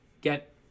get